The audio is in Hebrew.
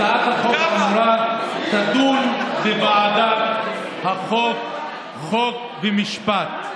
הצעת החוק האמורה תידון בוועדת החוקה, חוק ומשפט.